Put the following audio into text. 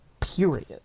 period